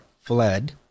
fled